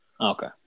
Okay